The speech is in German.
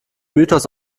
mythos